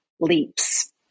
leaps